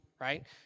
right